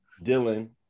Dylan